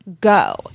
go